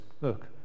look